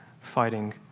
fighting